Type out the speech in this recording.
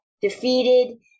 defeated